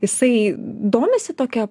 jisai domisi tokia